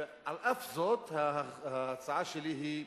ועל אף זאת ההצעה שלי היא,